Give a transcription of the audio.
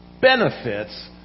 benefits